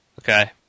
okay